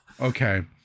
Okay